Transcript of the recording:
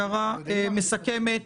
הערה מסכמת